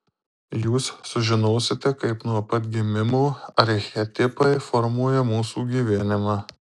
jūs sužinosite kaip nuo pat gimimo archetipai formuoja mūsų gyvenimą